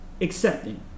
accepting